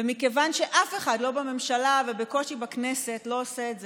ומכיוון שאף אחד בממשלה ובקושי בכנסת לא עושה את זה,